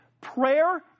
Prayer